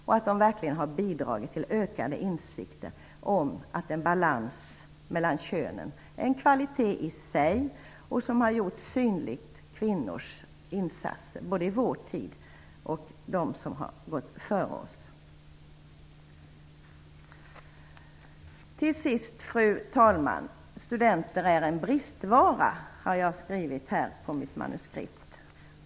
De har verkligen bidragit till ökade insikter om att en balans mellan könen är en kvalitet i sig och har synliggjort kvinnors insatser i vår tid och före oss. Till sist, fru talman, har jag skrivit att studenter är en bristvara.